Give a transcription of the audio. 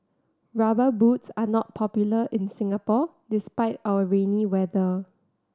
Rubber Boots are not popular in Singapore despite our rainy weather